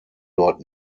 dort